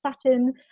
satin